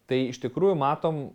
tai iš tikrųjų matom